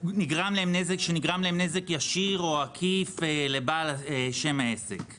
נגרם להם נזק ישיר או עקיף, לבעל העסק.